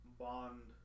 bond